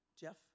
Jeff